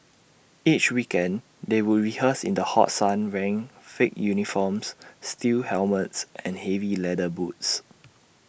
each weekend they would rehearse in the hot sun wearing thick uniforms steel helmets and heavy leather boots